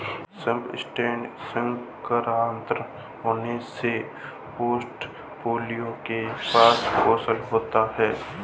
सापेक्ष रिटर्न सकारात्मक होने से पोर्टफोलियो के पास कौशल होता है